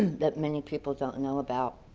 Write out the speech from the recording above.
that many people don't know about.